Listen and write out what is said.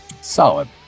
Solid